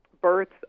births